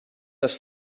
das